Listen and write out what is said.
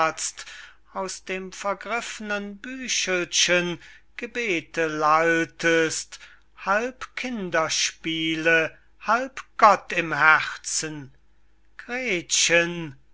aus dem vergriffnen büchelchen gebete lalltest halb kinderspiele halb gott im herzen gretchen